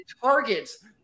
targets